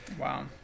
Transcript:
Wow